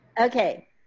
Okay